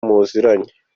muziranye